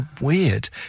weird